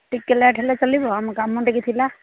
ଟିକେ ଲେଟ୍ ହେଲେ ଚଲିବ ଆମ କାମ ଟିକେ ଥିଲା